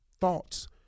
thoughts